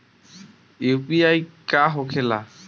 UPI का होके ला?